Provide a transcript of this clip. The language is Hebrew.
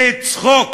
זה צחוק.